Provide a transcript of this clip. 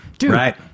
Right